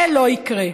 זה לא יקרה.